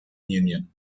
union